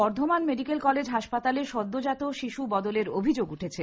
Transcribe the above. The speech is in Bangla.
বর্ধমান মেডিকেল কলেজ হাসপাতালে সদ্যজাত শিশু বদলের অভিযোগ উঠেছে